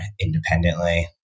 independently